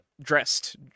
dressed